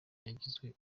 yagizwe